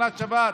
נכנסת שבת,